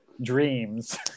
dreams